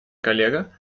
коллега